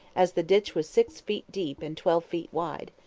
as the ditch was six feet deep and twelve feet wide,